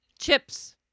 Chips